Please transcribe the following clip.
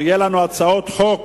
או יהיו לנו הצעות חוק